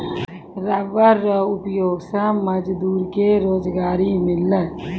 rubber रो उपयोग से मजदूर के रोजगारी मिललै